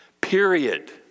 period